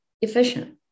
efficient